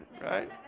right